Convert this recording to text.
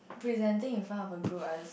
presenting in front of a group I also